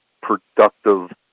productive